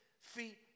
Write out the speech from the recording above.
feet